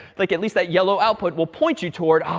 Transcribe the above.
like at least that yellow output will point you toward, ah,